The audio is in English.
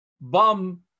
Bum